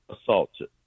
assaulted